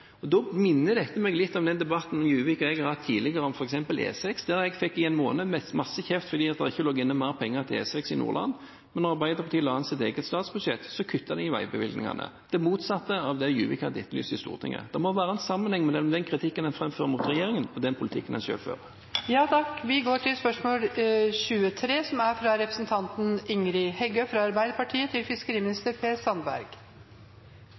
minner meg litt om debatter Juvik og jeg har hatt tidligere, f.eks. om E6, der jeg i en måned fikk masse kjeft for at det ikke lå inne mer penger til E6 i Nordland. Men da Arbeiderpartiet la fram sitt eget statsbudsjett, kuttet de i veibevilgningene – det motsatte av det Juvik hadde etterlyst i Stortinget. Det må være en sammenheng mellom den kritikken man framfører mot regjeringen, og den politikken man selv fører. «Fiskeriressursane tilhøyrer det norske folk i fellesskap. Likevel går regjeringa Solberg i politisk plattform inn for evigvarande kvotar. Pliktkommisjonen vil gje industrikvotar og evigvarande konsesjonar til